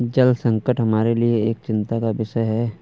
जल संकट हमारे लिए एक चिंता का विषय है